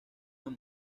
las